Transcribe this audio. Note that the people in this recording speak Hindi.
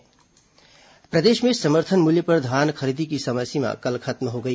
धान खरीदी प्रदेश में समर्थन मूल्य पर धान खरीदी की समय सीमा कल खत्म हो गई